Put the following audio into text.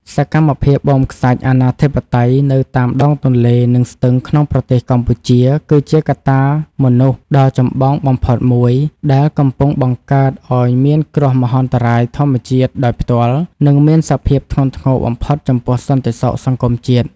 សកម្មភាពបូមខ្សាច់អនាធិបតេយ្យនៅតាមដងទន្លេ និងស្ទឹងក្នុងប្រទេសកម្ពុជា គឺជាកត្តាមនុស្សដ៏ចម្បងបំផុតមួយ ដែលកំពុងបង្កើតឱ្យមានគ្រោះមហន្តរាយធម្មជាតិដោយផ្ទាល់ និងមានសភាពធ្ងន់ធ្ងរបំផុតចំពោះសន្តិសុខសង្គមជាតិ។